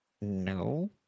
no